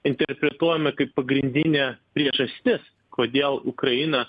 interpretuojama kaip pagrindinė priežastis kodėl ukraina